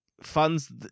funds